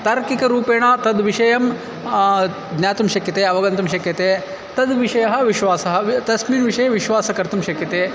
तार्किकरूपेण तद्विषयं ज्ञातुं शक्यते अवगन्तुं शक्यते तद्विषये विश्वासः वे तस्मिन् विषये विश्वासं कर्तुं शक्यते